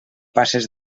passes